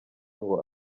ngo